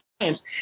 science